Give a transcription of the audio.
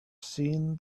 seen